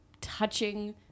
touching